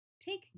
Take